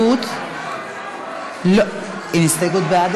מי בעד?